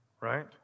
right